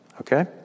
Okay